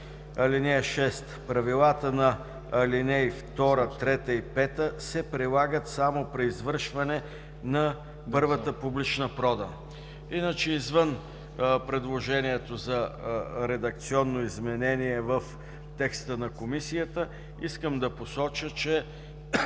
„(6) Правилата на ал. 2, 3 и 5 се прилагат само при извършване на първата публична продан.“ Иначе, извън предложението за редакционно изменение в текста на Комисията, искам да посоча, че